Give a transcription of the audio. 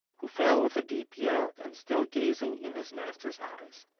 who fell with a deep yell and still gazing in his master's eyes.